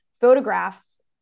photographs